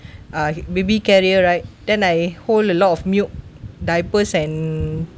uh baby carrier right then I hold a lot of milk diapers and